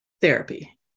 therapy